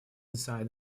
inside